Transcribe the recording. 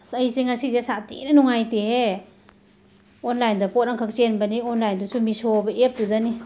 ꯑꯩꯁꯦ ꯉꯁꯤꯁꯦ ꯁꯥꯊꯤꯅ ꯅꯨꯡꯉꯥꯇꯦꯍꯦ ꯑꯣꯟꯂꯥꯏꯟꯗ ꯄꯣꯠ ꯑꯃꯈꯛ ꯆꯦꯟꯕꯅꯦ ꯑꯣꯟꯂꯥꯏꯟꯗꯨꯁꯨ ꯃꯤꯁꯣ ꯍꯥꯏꯕ ꯑꯦꯞꯇꯨꯗꯅꯤ